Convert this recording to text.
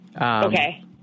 Okay